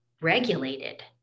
regulated